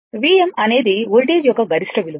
Vm అనేది voltage యొక్క గరిష్ట విలువ